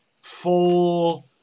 full